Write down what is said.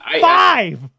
Five